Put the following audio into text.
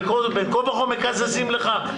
בין כה וכה מקזזים לך,